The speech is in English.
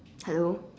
hello